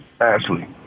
Ashley